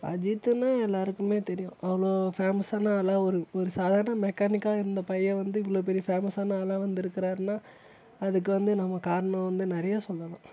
அஜித்துன்னா எல்லாருக்குமே தெரியும் அவ்வளோ ஃபேமஸ்ஸான ஆளாக ஒரு ஒரு சாதாரண மெக்கானிக்காக இருந்த பையன் வந்து இவ்வளோ பெரிய ஃபேமஸ்ஸான ஆளாக வந்துருக்கிறாருன்னா அதுக்கு வந்து நம்ம காரணும் வந்து நிறையா சொல்லலாம்